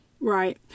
right